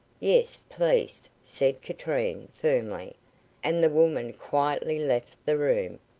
yes. please, said katrine, firmly and the woman quietly left the room,